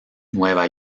nueva